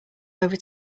over